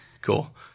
Cool